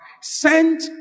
Sent